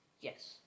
Yes